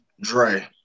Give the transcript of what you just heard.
Dre